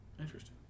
Interesting